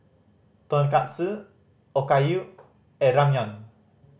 Tonkatsu Okayu and Ramyeon